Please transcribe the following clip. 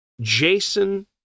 jason